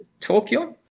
Tokyo